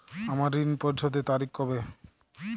আমার ঋণ পরিশোধের তারিখ কবে?